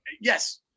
yes